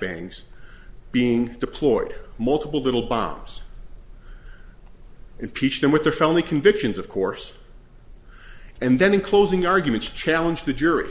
bangs being deployed multiple little bombs impeach them with the felony convictions of course and then in closing arguments challenge the jury